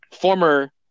former